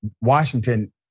Washington